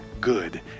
good